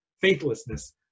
faithlessness